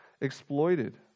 exploited